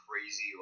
crazy